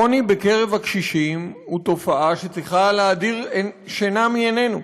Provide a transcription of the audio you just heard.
העוני בקרב הקשישים זו תופעה שצריכה להדיר שינה מעינינו.